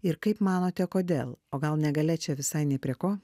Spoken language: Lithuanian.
ir kaip manote kodėl o gal negalia čia visai ne prie ko